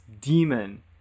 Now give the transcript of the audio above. demon